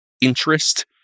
interest